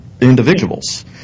individuals